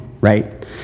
right